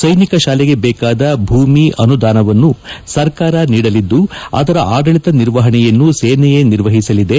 ಸೈನಿಕ ಶಾಲೆಗೆ ಬೇಕಾದ ಭೂಮಿ ಅನುದಾನವನ್ನು ಸರ್ಕಾರ ನೀಡಲಿದ್ದು ಅದರ ಆದಳಿತ ನಿರ್ವಹಣೆಯನ್ನು ಸೇನೆಯೇ ನಿರ್ವಹಿಸಲಿದೆ